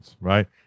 right